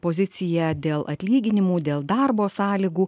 poziciją dėl atlyginimų dėl darbo sąlygų